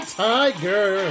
tiger